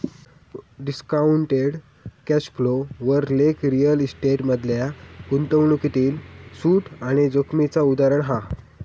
discounted cash flow वर लेख real estate मधल्या गुंतवणूकीतील सूट आणि जोखीमेचा उदाहरण हा